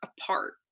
apart